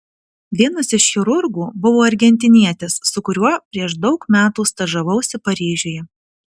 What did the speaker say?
vienas iš chirurgų buvo argentinietis su kuriuo prieš daug metų stažavausi paryžiuje